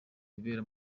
bibera